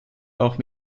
auch